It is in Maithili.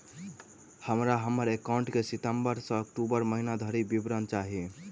हमरा हम्मर एकाउंट केँ सितम्बर सँ अक्टूबर महीना धरि विवरण चाहि?